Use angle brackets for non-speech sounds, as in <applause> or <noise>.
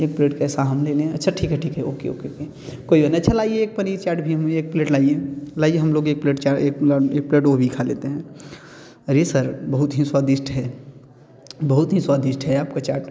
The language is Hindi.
यार एक प्लेट कैसा हम ले लें अच्छा ठीक है ओके ओके ओके कोई बात नहीं अच्छा लाइए एक पनीर चाट भी हमें एक प्लेट लाइए हम लोग लाइए एक प्लेट चाट एक प्लेट <unintelligible> एक प्लेट वो भी खा लेते हैं अरे सर बहुत ही स्वादिष्ट है बहुत ही स्वादिष्ट है आप की चाट